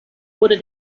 wurde